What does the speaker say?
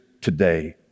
today